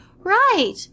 Right